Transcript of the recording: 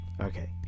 Okay